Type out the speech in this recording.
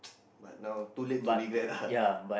but now too late to regret lah